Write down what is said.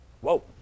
whoa